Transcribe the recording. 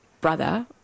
brother